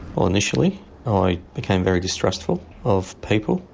well initially i became very distrustful of people,